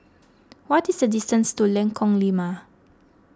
what is the distance to Lengkong Lima